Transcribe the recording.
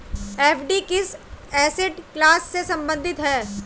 FD किस asset class से संबंधित है?